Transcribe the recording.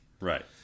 right